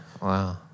wow